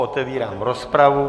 Otevírám rozpravu.